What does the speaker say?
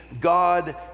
God